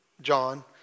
John